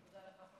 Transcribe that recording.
תודה לך,